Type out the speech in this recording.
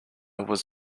was